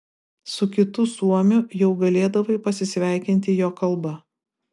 su kitu suomiu jau galėdavai pasisveikinti jo kalba